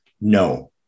No